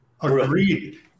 Agreed